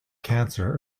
cancer